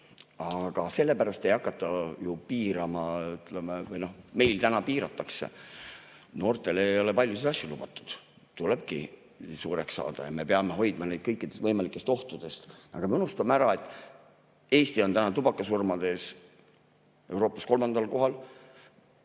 Aga sellepärast ei hakata ju piirama või ... Ütleme, meil täna piiratakse. Noortele ei ole paljud asjad lubatud, tulebki suureks saada, me peame neid hoidma kõikvõimalikest ohtudest. Aga me unustame ära, et Eesti on praegu tubakasurmades Euroopas kolmandal kohal.